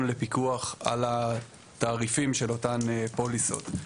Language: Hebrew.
לפיקוח על התעריפים של אותן פוליסות.